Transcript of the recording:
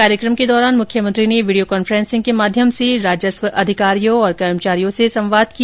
कार्यक्रम के दौरान मुख्यमंत्री ने वीडियो कॉन्फें सिंग के माध्यम से राजस्व अधिकारियों और कर्मचारियों से संवाद किया